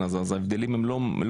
אז ההבדלים הם לא גדולים.